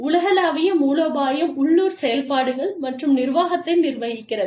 உலகளாவிய மூலோபாயம் உள்ளூர் செயல்பாடுகள் மற்றும் நிர்வாகத்தை நிர்வகிக்கிறது